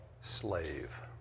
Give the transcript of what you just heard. slave